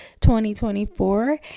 2024